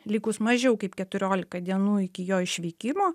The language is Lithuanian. likus mažiau kaip keturiolika dienų iki jo išvykimo